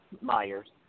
Myers